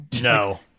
no